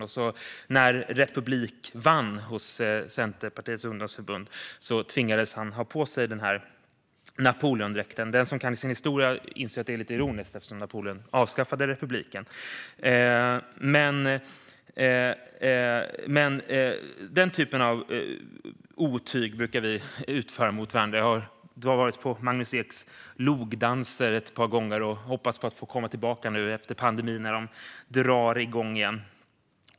När förslaget om republik vann hos Centerpartiets ungdomsförbund tvingades han ha på sig denna Napoleondräkt. Den som kan sin historia inser att det är lite ironiskt, eftersom Napoleon avskaffade republiken. Denna typ av otyg brukar vi utföra mot varandra. Och jag har varit på Magnus Eks logdanser ett par gånger och hoppas få komma tillbaka nu efter pandemin när de drar igång igen.